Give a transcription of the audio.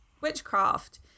witchcraft